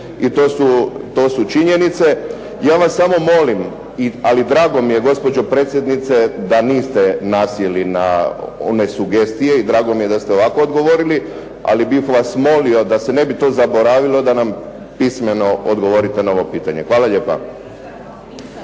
To su činjenice. Ja vam samo molim i drago mi je gospođo predsjednice da niste nasjeli na one sugestije i drago mi je da ste ovako odgovorili. Ali bih vas molio da se ne bi to zaboravilo da nam pismeno odgovorite na ovo pitanje. Hvala lijepo.